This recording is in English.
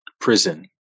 prison